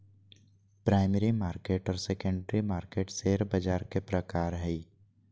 primary market आर secondary market share बाज़ार के प्रकार हइ